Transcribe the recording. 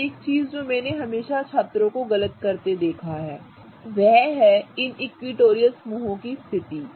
अब एक चीज जो मैंने हमेशा छात्रों को गलत करते देखा है वह है इन इक्विटोरियल समूहों की स्थिति